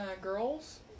girls